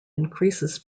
increases